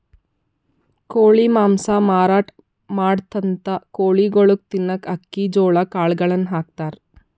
ಕೋಳಿ ಮಾಂಸ ಮಾರಾಟ್ ಮಾಡಂಥ ಕೋಳಿಗೊಳಿಗ್ ತಿನ್ನಕ್ಕ್ ಅಕ್ಕಿ ಜೋಳಾ ಕಾಳುಗಳನ್ನ ಹಾಕ್ತಾರ್